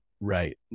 Right